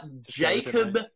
Jacob